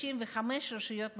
בכ-155 רשויות מקומיות,